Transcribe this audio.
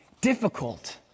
difficult